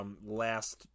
last